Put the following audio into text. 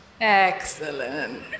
Excellent